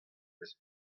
eus